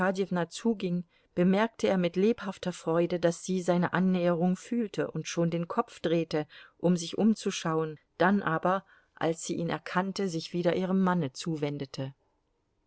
zuging bemerkte er mit lebhafter freude daß sie seine annäherung fühlte und schon den kopf drehte um sich umzuschauen dann aber als sie ihn erkannte sich wieder ihrem manne zuwendete